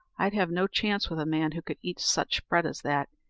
i'd have no chance with a man who could eat such bread as that,